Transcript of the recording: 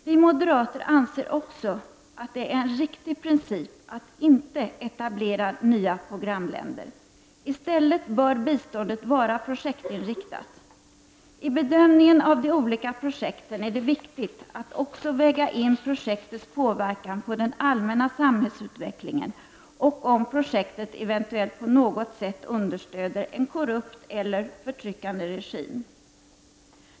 Vi moderater anser också att det är en riktig princip att inte etablera nya programländer. I stället bör biståndet vara projektinriktat. Vid bedömningen av de olika projekten är det viktigt att också väga in projektets påverkan på den allmänna samhällsutvecklingen och huruvida projektet eventuellt på något sätt understödjer en korrupt eller förtryckande regim.